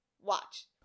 watch